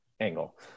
angle